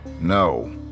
No